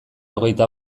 hogeita